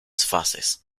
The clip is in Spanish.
fases